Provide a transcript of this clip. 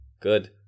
Good